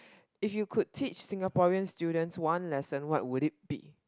if you could teach Singaporean students one lesson what will it be